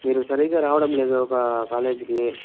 మీరు సరిగా రావడం లేదు కా కాలేజ్కి